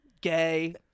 Gay